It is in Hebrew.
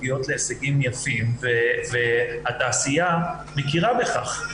מגיעות להישגים יפים והתעשייה מכירה בכך,